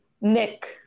Nick